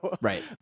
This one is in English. Right